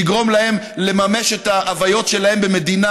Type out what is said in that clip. שיגרום להם לממש את האיוויים שלהם במדינה